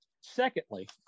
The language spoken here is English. Secondly